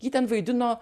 ji ten vaidino